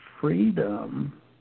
freedom